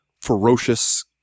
ferocious